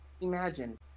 imagine